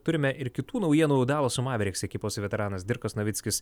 turime ir kitų naujienų dalaso maveriks ekipos veteranas dirkas navickis